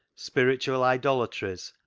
spiritual idolatries,